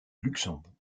luxembourg